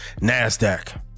NASDAQ